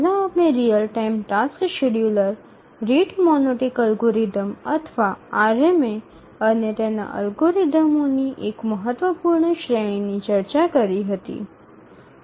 પહેલાં આપણે real time task scheduler rate monotonic algorithm અથવા આરએમએ અને તેના અલ્ગોરિધમોની એક મહત્વપૂર્ણ શ્રેણીની ચર્ચા કરી હતી